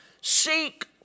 Seek